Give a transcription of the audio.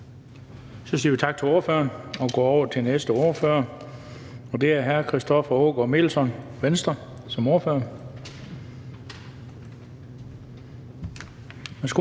Så siger vi tak til ordføreren, og går videre til næste ordfører. Det er hr. Christoffer Aagaard Melson, Venstre. Værsgo.